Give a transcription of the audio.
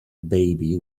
baby